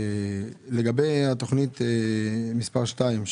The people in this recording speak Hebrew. לגבי תוכנית מס' 2,